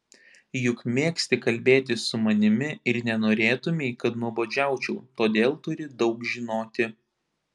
juk mėgsti kalbėti su manimi ir nenorėtumei kad nuobodžiaučiau todėl turi daug žinoti